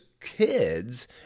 kids